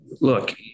look